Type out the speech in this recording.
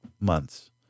months